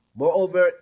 moreover